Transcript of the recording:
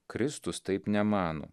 kristus taip nemano